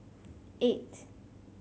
eight